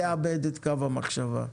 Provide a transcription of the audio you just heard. אל תאבד את קו המחשבה.